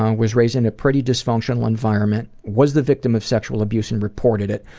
um was raised in a pretty dysfunctional environment, was the victim of sexual abuse and reported it.